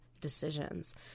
decisions